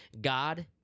God